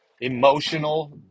emotional